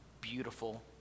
beautiful